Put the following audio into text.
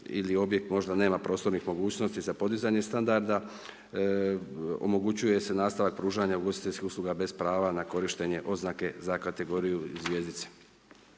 ili objekt možda nema prostornih mogućnosti za podizanje standarda, omogućuje se nastavak pružanja ugostiteljskih usluga bez prava na korištenje oznake za kategoriju zvjezdice.